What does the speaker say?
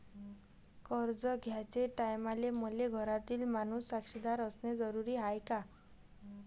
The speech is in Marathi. कर्ज घ्याचे टायमाले मले घरातील माणूस साक्षीदार असणे जरुरी हाय का?